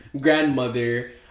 grandmother